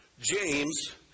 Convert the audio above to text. James